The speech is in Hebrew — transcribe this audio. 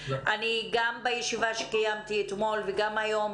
גם בישיבה שקיימתי אתמול וגם היום,